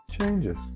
changes